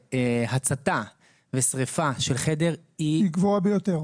להצתה ושריפה של חדר היא --- היא גבוהה ביותר.